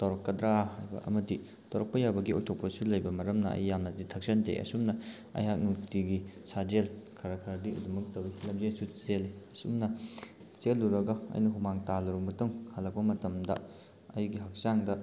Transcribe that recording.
ꯇꯧꯔꯛꯀꯗ꯭ꯔꯥ ꯍꯥꯏꯕ ꯑꯃꯗꯤ ꯇꯧꯔꯛꯄ ꯌꯥꯕꯒꯤ ꯑꯣꯏꯊꯣꯛꯄꯁꯨ ꯂꯩꯕ ꯃꯔꯝꯅ ꯑꯩ ꯌꯥꯅꯗꯤ ꯊꯛꯆꯟꯗꯦ ꯑꯁꯨꯝꯅ ꯑꯩꯍꯥꯛ ꯅꯨꯡꯇꯤꯒꯤ ꯁꯥꯖꯦꯜ ꯈꯔ ꯈꯔꯗꯤ ꯑꯗꯨꯃꯛ ꯇꯧꯋꯤ ꯂꯝꯖꯦꯜꯁꯨ ꯆꯦꯜꯂꯤ ꯑꯁꯨꯝꯅ ꯆꯦꯜꯂꯨꯔꯒ ꯑꯩꯅ ꯍꯨꯃꯥꯡ ꯇꯥꯍꯜꯂꯕ ꯃꯇꯨꯡ ꯍꯜꯂꯛꯄ ꯃꯇꯝꯗ ꯑꯩꯒꯤ ꯍꯛꯆꯥꯡꯗ